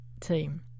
team